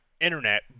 internet